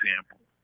example